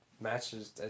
matches